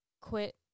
quit